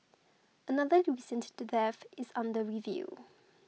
another recent death is under review